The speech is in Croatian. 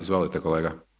Izvolite kolega.